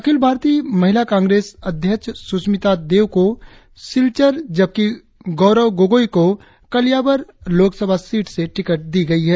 अखिल भारतीय महिला कांग्रेस अध्यक्ष सुष्मिता देव को सिल्वर जबकि गौरव गोगोई को कलियाबर लोकसभा सीट से टिकट दी गई है